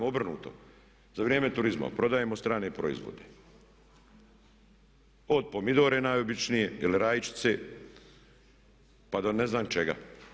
Obrnuto, za vrijeme turizma prodajemo strane proizvode, od pomidore najobičnije ili rajčice pa do ne znam čega.